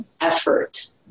effort